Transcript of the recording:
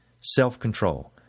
self-control